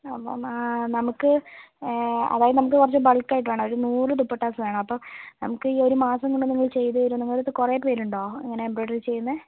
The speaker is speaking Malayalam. അപ്പം നമുക്ക് അതായത് നമുക്ക് കുറച്ച് ബൾക്ക് ആയിട്ട് വേണം ഒരു നൂറു ദുപ്പട്ടാസ് വേണം അപ്പം നമുക്ക് ഈ ഒരു മാസം കൊണ്ട് നിങ്ങൾ ചെയ്ത് തരുവോ നിങ്ങളുടെ അടുത്ത് കുറേ പേരുണ്ടോ ഇങ്ങനെ എംബ്രോയിഡറി ചെയ്യുന്നത്